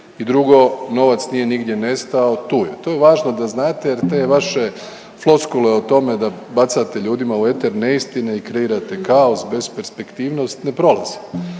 i drugo, novac nije nigdje nestao, tu je. To je važno da znate jer te vaše floskule o tome da bacate ljudima neistine i kreirate, kaos, besperspektivnost, ne prolazi.